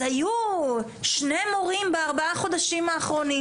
אז היו שני מורים בארבעה חודשים האחרונים,